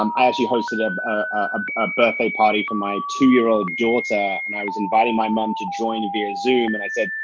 um i actually hosted um a birthday party for my two-year-old daughter and i was inviting my mum to join via zoom and i said,